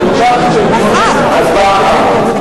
הצבעה אחת.